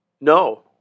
No